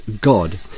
God